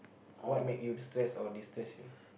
what make you stress or destress